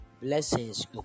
Blessings